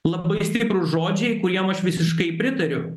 labai stiprūs žodžiai kuriem aš visiškai pritariu